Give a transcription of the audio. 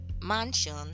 mansion